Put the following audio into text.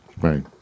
Right